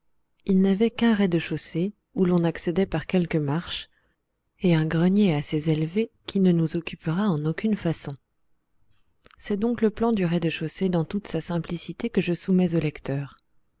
il n'avait qu'un rez-de-chaussée où l'on accédait par quelques marches et un grenier assez élevé qui ne nous occupera en aucune façon c'est donc le plan du rez-de-chaussée dans toute sa simplicité que je soumets ici au lecteur